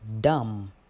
dumb